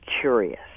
curious